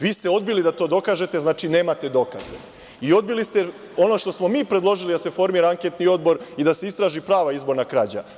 Vi ste odbili da to dokažete, znači, nemate dokaze i odbili ste ono što smo mi predložili da se formira anketni odbor i da se istraži prava izborna krađa.